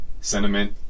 Sentiment